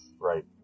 right